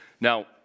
Now